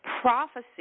Prophecy